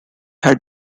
had